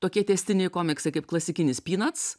tokie tęstiniai komiksai kaip klasikinis pynac